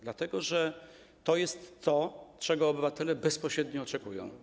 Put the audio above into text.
Dlatego, że to jest to, czego obywatele bezpośrednio oczekują.